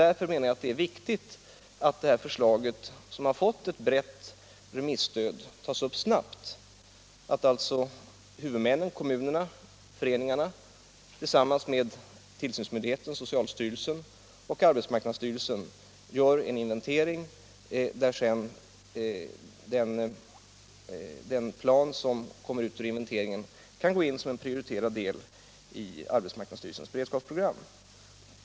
Därför menar jag att det är viktigt att detta förslag, som har fått ett brett remisstöd, tas upp snabbt och att huvudmännen - kommunerna och föreningarna —- tillsammans med tillsynsmyndigheten, socialstyrelsen, och arbetsmarknadsstyrelsen gör en inventering och att den plan som detta arbete resulterar i kan gå in som en prioriterad del i arbetsmarknadsstyrelsens beredskapsprogram.